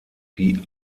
die